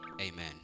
Amen